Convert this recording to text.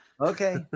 Okay